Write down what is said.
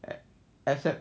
except